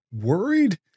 worried